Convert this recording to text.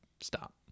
stop